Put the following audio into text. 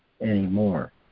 anymore